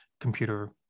computer